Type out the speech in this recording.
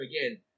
again